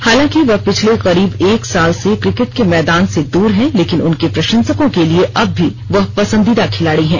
हालांकि वह पिछले करीब एक साल से क्रिकेट के मैदान से दूर हैं लेकिन उनके प्रशंसकों के लिए अब भी वह पसंदीदा खिलाड़ी हैं